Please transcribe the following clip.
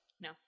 No